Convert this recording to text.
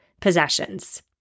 possessions